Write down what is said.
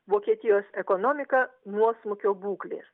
vokietijos ekonomika nuosmukio būklės